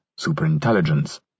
superintelligence